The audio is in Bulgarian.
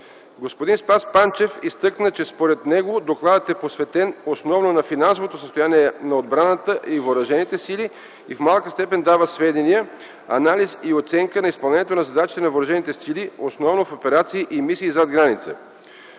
Господин Спас Панчев изтъкна, че според него докладът е посветен основно на финансовото състояние на отбраната и въоръжените сили и в малка степен дава сведения, анализ и оценка на изпълнението на задачите на въоръжените сили, особено в операции и мисии зад граница.